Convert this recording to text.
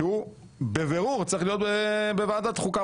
שהוא בבירור צריך להיות בוועדת החוקה,